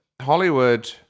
Hollywood